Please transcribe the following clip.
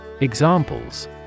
Examples